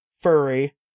furry